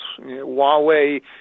Huawei